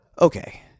Okay